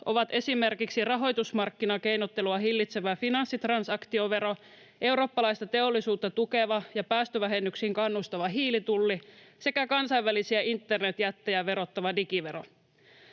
ovat esimerkiksi rahoitusmarkkinakeinottelua hillitsevä finanssitransaktiovero, eurooppalaista teollisuutta tukeva ja päästövähennyksiin kannustava hiilitulli sekä kansainvälisiä internetjättejä verottava digivero.